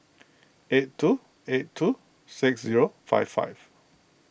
eight two eight two six zero five five